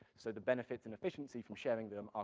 so the benefits in efficiency from sharing them, ah